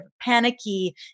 panicky